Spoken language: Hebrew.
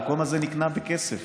המקום הזה נקנה בכסף,